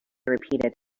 repeated